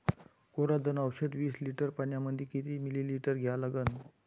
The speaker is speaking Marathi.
कोराजेन औषध विस लिटर पंपामंदी किती मिलीमिटर घ्या लागन?